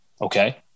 okay